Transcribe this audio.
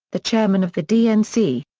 the chairman of the dnc.